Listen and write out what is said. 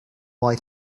boy